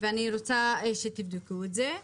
ואני רוצה שתבדקו את זה,